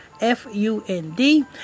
F-U-N-D